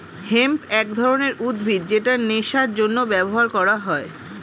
hemp এক ধরনের উদ্ভিদ যেটা নেশার জন্য ব্যবহার করা হয়